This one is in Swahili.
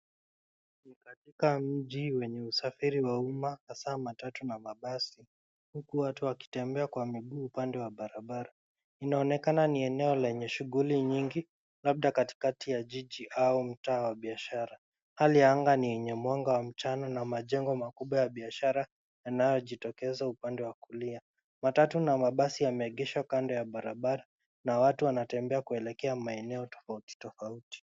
Ni katika mji wenye usafiri wa uma hasa matatu na mabasi huku watu wakitembea kwa miguu upande wa barabara. Inaonekana ni eneo lenye shughuli nyingi labda katikati ya jiji au mtaa wa biashara. Hali ya anga ni yenye mwanga wa mchana na majengo makubwa ya biashara yanayojitokeza upande wa kulia. Matatu na mabasi yameegeshwa kando ya barabara na watu wanatembea kuelekea maeneo tofauti tofauti.